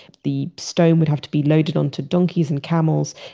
the stone would have to be loaded onto donkeys and camels,